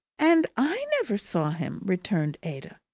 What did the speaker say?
and i never saw him! returned ada.